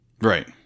Right